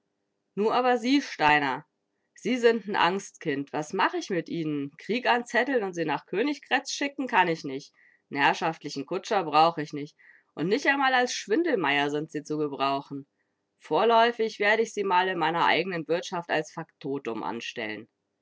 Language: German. nu aber sie steiner sie sind n angstkind was mach ich mit ihnen krieg anzetteln und sie nach königgrätz schicken kann ich nich n herrschaftlichen kutscher brauch ich nich und nich amal als schwindelmeier sind sie zu gebrauchen vorläufig werde ich sie mal in meiner eigenen wirtschaft als faktotum anstellen